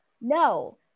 no